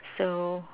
so